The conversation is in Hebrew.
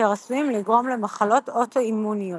אשר עשויים לגרום למחלות אוטואימוניות,